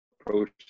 approach